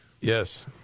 Yes